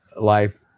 life